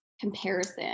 comparison